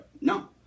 No